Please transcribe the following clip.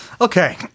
Okay